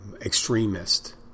extremist